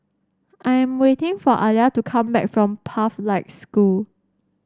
I am waiting for Alia to come back from Pathlight School